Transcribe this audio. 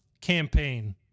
campaign